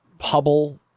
Hubble